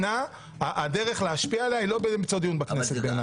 הדרך להשפיע עליה היא לא באמצעות דיון בכנסת.